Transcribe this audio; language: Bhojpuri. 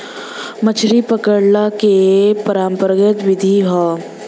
मछरी पकड़ला के परंपरागत विधि हौ